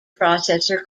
processor